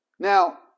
Now